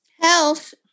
Health